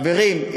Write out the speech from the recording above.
חברים,